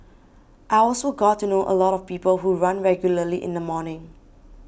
I also got to know a lot of people who run regularly in the morning